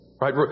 Right